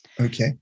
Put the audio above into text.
Okay